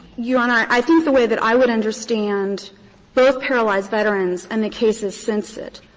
your honor, i think the way that i would understand both paralyzed veterans and the cases since it,